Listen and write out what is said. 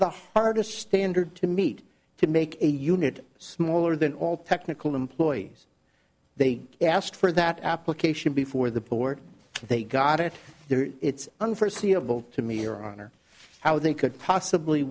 the hardest standard to meet to make a unit smaller than all technical employees they asked for that application before the board they got it there it's unforeseeable to me your honor how they could possibly